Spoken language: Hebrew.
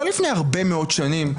לא לפני הרבה מאוד שנים,